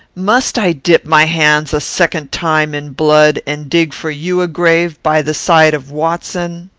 must i dip my hands, a second time, in blood and dig for you a grave by the side of watson?